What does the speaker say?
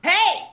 Hey